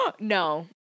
No